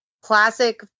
classic